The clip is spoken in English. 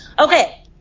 Okay